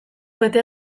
bete